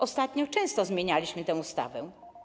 Ostatnio często zmienialiśmy tę ustawę.